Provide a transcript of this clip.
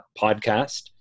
podcast